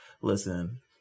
Listen